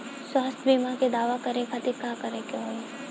स्वास्थ्य बीमा के दावा करे के खातिर का करे के होई?